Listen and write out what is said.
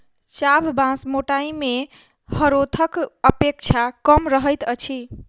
चाभ बाँस मोटाइ मे हरोथक अपेक्षा कम रहैत अछि